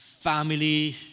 family